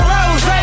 Rose